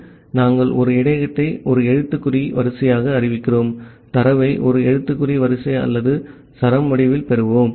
ஆகவே நாங்கள் ஒரு இடையகத்தை ஒரு எழுத்துக்குறி வரிசையாக அறிவிக்கிறோம் தரவை ஒரு எழுத்துக்குறி வரிசை அல்லது சரம் வடிவில் பெறுவோம்